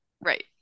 Right